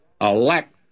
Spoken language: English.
elect